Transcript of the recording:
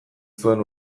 zuen